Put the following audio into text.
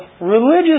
religious